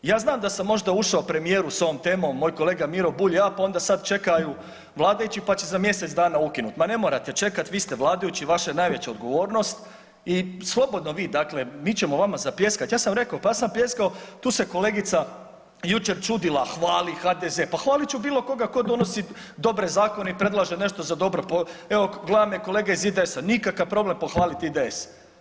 Ja znam da sam možda ušao premijeru s ovom temom, moj kolega Miro Bulj i ja, pa onda sad čekaju vladajući pa će za mjesec dana ukinuti, ma ne morat čekat, vi ste vladajući, vaša je najveća odgovornost i slobodno vi dakle, mi ćemo vama zapljeskat, ja sam reko, pa ja sam pljeskao, tu se kolegica jučer čudila, hvali HDZ, pa hvalit ću bilokoga ko donosi dobre zakone i predlaže nešto za dobro pa evo glavne kolege iz IDS-a, nikakav problem pohvalit IDS.